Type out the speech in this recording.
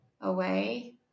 away